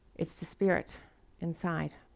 it's the spirit inside.